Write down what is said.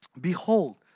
behold